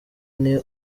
nti